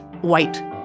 white